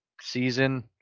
season